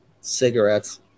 Cigarettes